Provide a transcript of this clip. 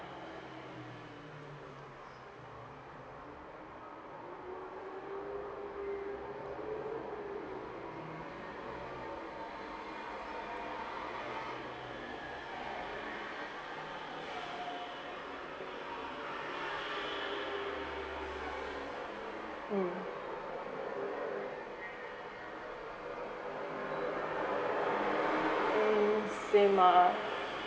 mm mm same ah